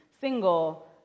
single